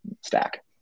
stack